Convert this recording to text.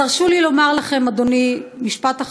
אז הרשו לי לומר לכם, אדוני, משפט אחרון: